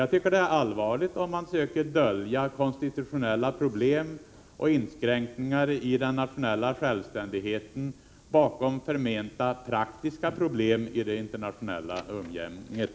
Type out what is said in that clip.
Jag tycker att det är allvarligt om man söker dölja konstitutionella problem och inskränkningar i den nationella självständigheten bakom förmenta praktiska svårigheter i det internationella umgänget.